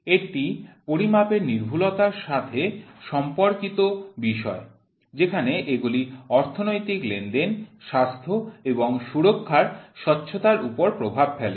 এটি পরিমাপের নির্ভুলতার সাথে সম্পর্কিত বিষয় যেখানে এগুলি অর্থনৈতিক লেনদেন স্বাস্থ্য এবং সুরক্ষার স্বচ্ছতার উপর প্রভাব ফেলে